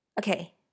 okay